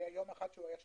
היה יום אחד שהיה שלילי.